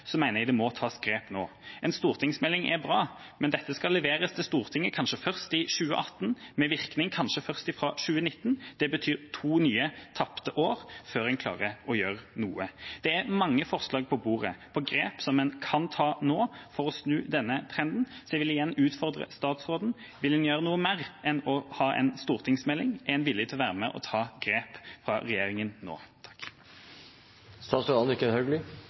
jeg det må tas grep nå. En stortingsmelding er bra, men dette skal leveres til Stortinget kanskje først i 2018, med virkning kanskje først fra 2019. Det betyr to nye tapte år før en klarer å gjøre noe. Det er mange forslag på bordet om grep som en kan ta nå for å snu denne trenden, så jeg vil igjen utfordre statsråden: Vil hun gjøre noe mer enn å legge fram en stortingsmelding? Er en villig til å være med og ta grep fra regjeringas side nå?